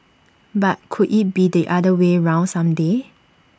but could IT be the other way round some day